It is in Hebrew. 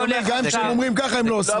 אני אומר שגם אם אומרים ככה הם לא עושים את זה.